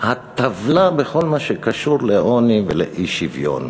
הטבלה בכל מה שקשור לעוני ולאי-שוויון,